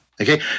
Okay